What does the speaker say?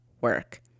work